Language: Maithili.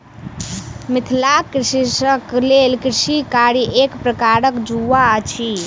मिथिलाक कृषकक लेल कृषि कार्य एक प्रकारक जुआ अछि